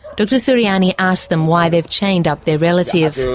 dr suryani asks them why they have chained up their relative.